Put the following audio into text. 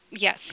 yes